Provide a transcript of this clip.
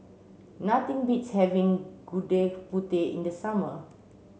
nothing beats having Gudeg Putih in the summer